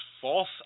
false